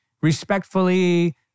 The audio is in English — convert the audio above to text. respectfully